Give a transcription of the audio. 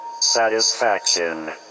satisfaction